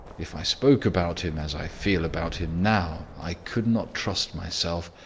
if i spoke about him as i feel about him now, i could not trust myself.